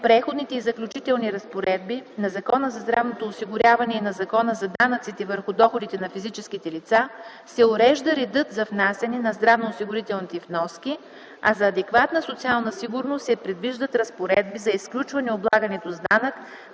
Преходните и заключителни разпоредби на Закона за здравното осигуряване и на Закона за данъците върху доходите на физическите лица се урежда редът за внасяне на здравноосигурителните вноски, а за адекватна социална сигурност се предвиждат разпоредби за изключване облагането с данък